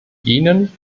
ihnen